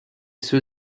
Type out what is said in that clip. ceux